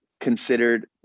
considered